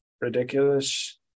ridiculous